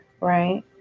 right